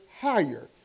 higher